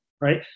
right